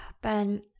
Ben